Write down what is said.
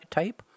type